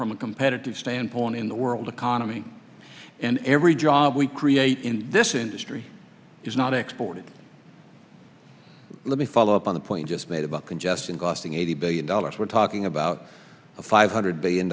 from a competitive standpoint in the world economy and every job we create in this industry is not exported let me follow up on the point just made about congestion costing eighty billion dollars we're talking about a five hundred billion